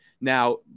Now